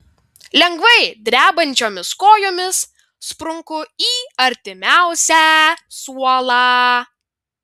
lengvai drebančiomis kojomis sprunku į artimiausią suolą